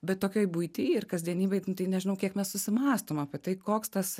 bet tokioj buity ir kasdienybėj tai nežinau kiek mes susimąstom apie tai koks tas